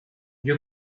you